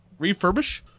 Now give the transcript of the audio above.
refurbish